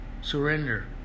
surrender